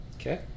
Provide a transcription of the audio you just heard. Okay